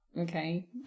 okay